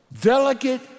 delicate